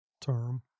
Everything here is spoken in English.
term